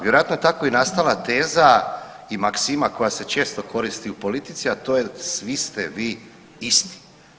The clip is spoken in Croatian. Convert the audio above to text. Vjerojatno je tako i nastala teza i maksima koja se često koristi u politici a to je svi ste vi isti.